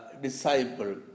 disciple